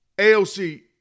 AOC